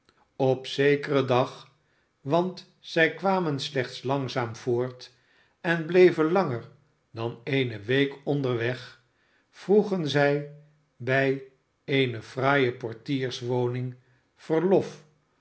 op zekeren dag want zij kwamen slechts langzaam voort en bleven langer dan eene week onderweg vroegen zij bij eene fraaie portierswonmg verlof